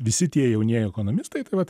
visi tie jaunieji ekonomistai tai vat